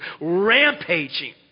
rampaging